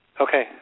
Okay